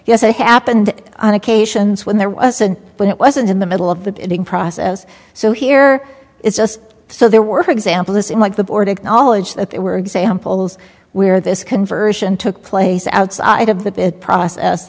yes they happened on occasions when there wasn't but it wasn't in the middle of the bidding process so here is just so there were for example this in like the board acknowledged that they were examples where this conversion took place outside of the process